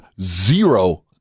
zero